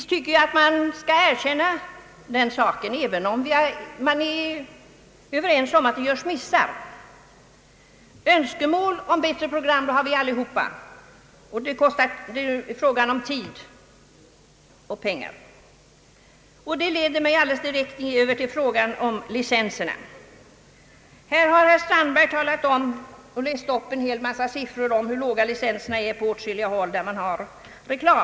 Det tycker jag också att man skall erkänna, även om vi är överens om att det görs missar. Önskemål om bättre program har vi alla, men det är en fråga om tid och pengar. Detta leder mig direkt över till frågan om licensavgiften. Herr Strandberg har med siffror visat hur låga licensavgifter man har i åtskilliga andra länder som har reklam.